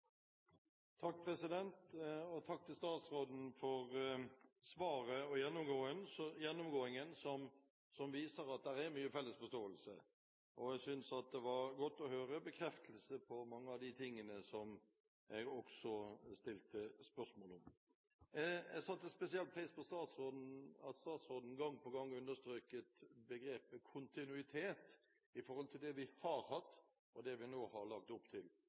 viser at det er mye felles forståelse. Jeg syntes det var godt å få en bekreftelse på mange av de tingene som jeg stilte spørsmål om. Jeg satte spesielt pris på at statsråden gang på gang understreket begrepet «kontinuitet», med tanke på det vi har hatt, og det vi nå har lagt opp til.